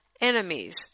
enemies